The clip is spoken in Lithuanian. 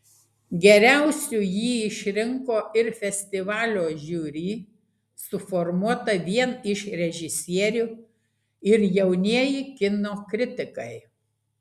geriausiu jį išrinko ir festivalio žiuri suformuota vien iš režisierių ir jaunieji kino kritikai